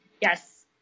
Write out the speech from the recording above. Yes